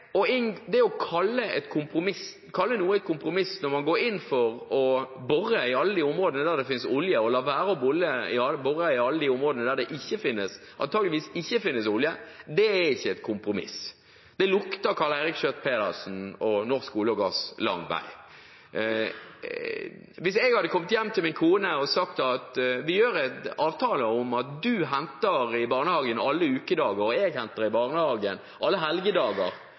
går inn for å bore i alle de områdene der det finnes olje, og lar være å bore i alle de områdene der det antakeligvis ikke finnes olje, er ikke et kompromiss. Det lukter Karl Eirik Schjøtt-Pedersen og Norsk olje og gass lang vei. Hvis jeg hadde kommet hjem til min kone og sagt: Vi gjør en avtale om at du henter i barnehagen alle ukedager og jeg henter i barnehagen alle helgedager